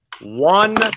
One